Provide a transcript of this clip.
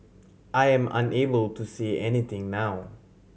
I am unable to say anything now